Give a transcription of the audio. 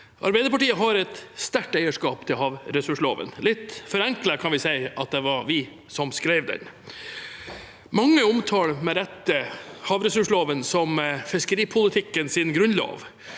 Arbeiderpartiet har et sterkt eierskap til havressurslova. Litt forenklet kan vi si at det var vi som skrev den. Mange omtaler med rette havressurslova som fiskeripolitikkens grunnlov.